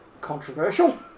controversial